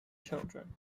children